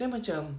then macam